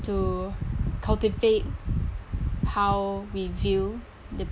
to cultivate how we view